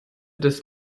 des